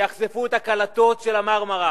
ויחשפו את הקלטות של ה"מרמרה".